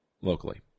locally